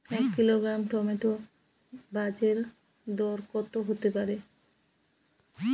এক kilogram tomato বাজের দরকত হতে পারে?